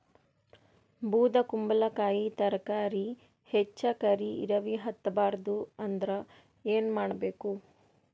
ಬೊದಕುಂಬಲಕಾಯಿ ತರಕಾರಿ ಹೆಚ್ಚ ಕರಿ ಇರವಿಹತ ಬಾರದು ಅಂದರ ಏನ ಮಾಡಬೇಕು?